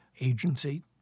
agency